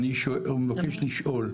אני מבקש לשאול,